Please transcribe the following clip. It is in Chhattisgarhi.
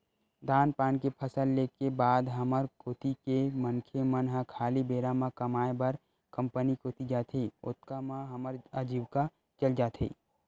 धान पान के फसल ले के बाद हमर कोती के मनखे मन ह खाली बेरा म कमाय बर कंपनी कोती जाथे, ओतका म हमर अजीविका चल जाथे